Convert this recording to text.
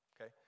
Okay